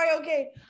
Okay